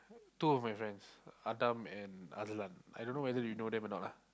two of my friends Adam and Azlan I don't know whether you know them or not lah